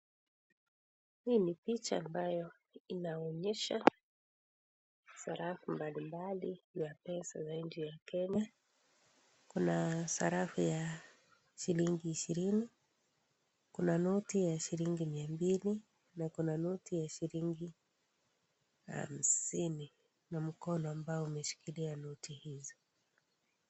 Hii ni picha ambayo inaonyesha sarafu mbalimbali za pesa za nchi ya Kenya, kuna sarafu ya shilingi ishirini, kuna noti ya shilingi mia mbili na kuna noti ya shilingi hamsini na mkono ambao umeshikilia noti hizi.